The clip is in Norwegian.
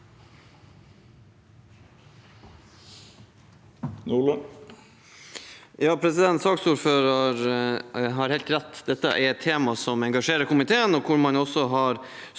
Saksordføreren har helt rett, dette er et tema som engasjerer komiteen, og hvor man også har